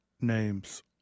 names